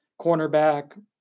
cornerback